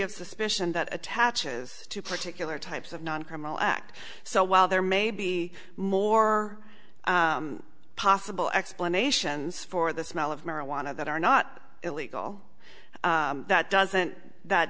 of suspicion that attaches to particular types of non criminal act so while there may be more possible explanations for the smell of marijuana that are not illegal that doesn't that